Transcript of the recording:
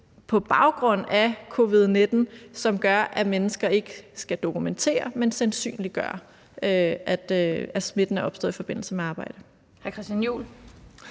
på baggrund af covid-19, som gør, at mennesker ikke skal dokumentere, men sandsynliggøre, at smitten er opstået i forbindelse med arbejdet.